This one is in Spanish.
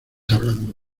hablando